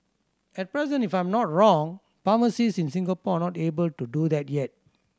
at present if I am not wrong pharmacist in Singapore are not able to do that yet